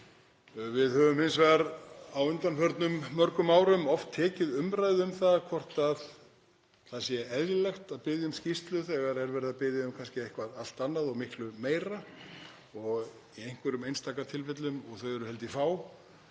Við höfum hins vegar á undanförnum mörgum árum oft tekið umræðu um hvort það sé eðlilegt að biðja um skýrslu þegar kannski er verið að biðja um eitthvað allt annað og miklu meira. Og í einhverjum einstaka tilfellum, og þau eru fá,